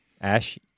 Ash